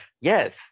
Yes